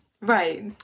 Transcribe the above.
Right